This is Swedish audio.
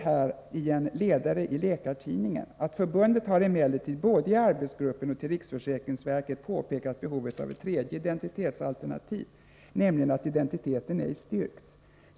Man säger i en ledare i läkartidningen: ”Förbundet har emellertid både i arbetsgruppen och till riksförsäkringsverket påpekat behovet av ett tredje ”identitetsalternativ”, nämligen att identiteten ej styrkts.